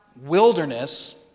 wilderness